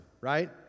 right